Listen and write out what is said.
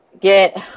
get